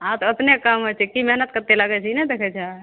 हँ तऽ ओतने कम होइ छै की मेहनत कतेक लगै छै ई नहि देखै छह